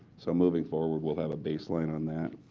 so moving forward, we'll have a baseline on that.